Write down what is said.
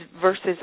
versus